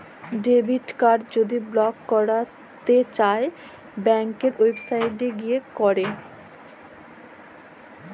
debit card যদি block ক্যইরতে চাই ব্যাংকের ওয়েবসাইটে যাঁয়ে ক্যরে